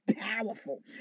powerful